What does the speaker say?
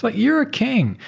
but you're a king.